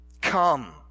Come